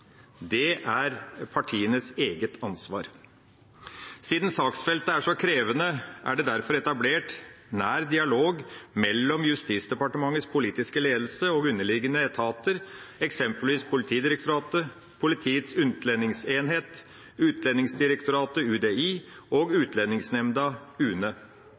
Det er partienes eget ansvar. Siden saksfeltet er så krevende, er det derfor etablert nær dialog mellom Justisdepartementets politiske ledelse og underliggende etater, eksempelvis Politidirektoratet, Politiets utlendingsenhet, Utlendingsdirektoratet – UDI – og Utlendingsnemnda – UNE.